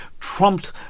trumped